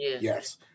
Yes